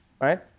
right